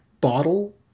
bottle